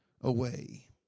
away